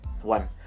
One